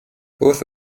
both